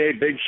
Big